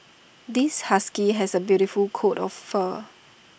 this husky has A beautiful coat of fur